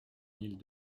mille